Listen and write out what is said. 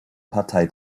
partei